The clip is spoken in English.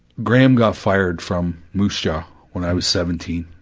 graham got fired from musha when i was seventeen.